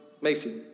Macy